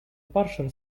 partial